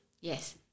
Yes